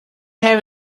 have